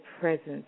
presence